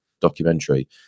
documentary